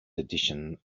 edition